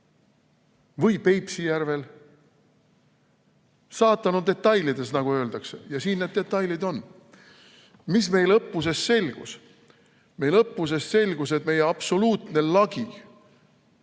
või Peipsi järvel. Saatan on detailides, nagu öeldakse, ja siin need detailid on. Mis meil õppusest selgus? Õppusest selgus, et meie absoluutne lagi